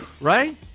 Right